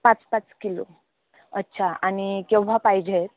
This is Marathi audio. पाच पाच किलो अच्छा आणि केव्हा पाहिजे